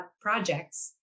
projects